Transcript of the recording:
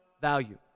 value